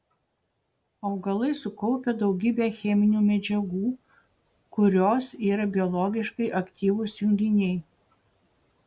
augalai sukaupia daugybę cheminių medžiagų kurios yra biologiškai aktyvūs junginiai